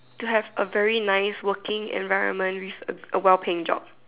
to have a very nice working environment with a A well paying job